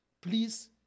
please